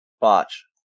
botch